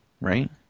right